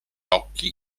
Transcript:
occhi